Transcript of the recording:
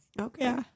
Okay